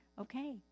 Okay